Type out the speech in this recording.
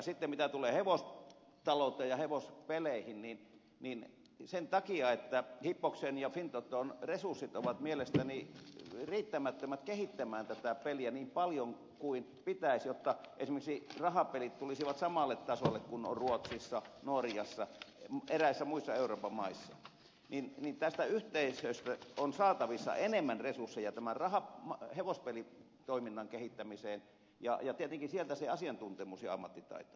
sitten mitä tulee hevostalouteen ja hevospeleihin niin sen takia että hippoksen ja fintoton resurssit ovat mielestäni riittämättömät kehittämään tätä peliä niin paljon kuin pitäisi jotta esimerkiksi rahapelit tulisivat samalle tasolle kuin ne ovat ruotsissa norjassa eräissä muissa euroopan maissa tästä yhteisöstä on saatavissa enemmän resursseja hevospelitoiminnan kehittämiseen ja tietenkin sieltä tulee se asiantuntemus ja ammattitaito